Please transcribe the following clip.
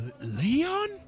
Leon